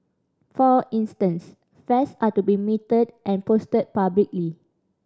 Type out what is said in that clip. for instance fares are to be metered and posted publicly